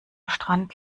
strand